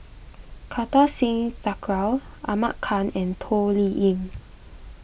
Kartar Singh Thakral Ahmad Khan and Toh Liying